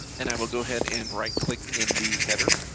and i will go ahead and right click in the header